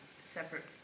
separate